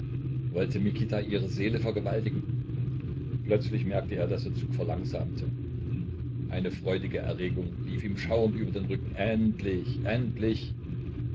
wollte mikita ihre seele vergewaltigen plötzlich merkte er daß der zug verlangsamte eine freudige erregung lief ihm schauernd über den rücken endlich endlich